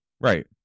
right